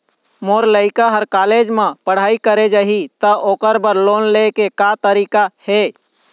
मोर लइका हर कॉलेज म पढ़ई करे जाही, त ओकर बर लोन ले के का तरीका हे?